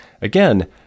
again